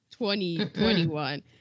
2021